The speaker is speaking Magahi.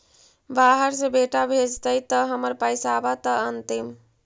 बाहर से बेटा भेजतय त हमर पैसाबा त अंतिम?